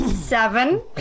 Seven